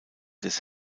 des